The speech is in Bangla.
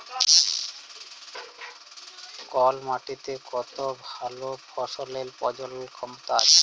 কল মাটিতে কত ভাল ফসলের প্রজলল ক্ষমতা আছে